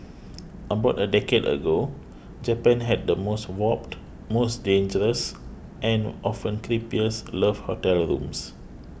about a decade ago Japan had the most warped most dangerous and often creepiest love hotel rooms